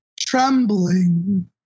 trembling